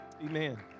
Amen